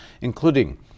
including